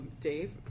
Dave